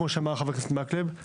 כמו שאמר חה"כ מקלב.